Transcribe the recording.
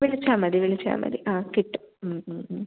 വിളിച്ചാൽ മതി വിളിച്ചാൽ മതി ആ കിട്ടും